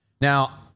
Now